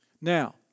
Now